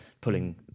pulling